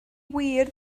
wir